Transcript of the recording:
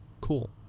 cool